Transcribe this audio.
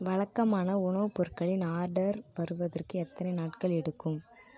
வழக்கமான உணவுப் பொருட்களின் ஆர்டர் வருவதற்கு எத்தனை நாட்கள் எடுக்கும்